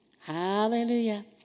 Hallelujah